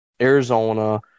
Arizona